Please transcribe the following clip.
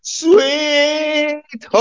sweet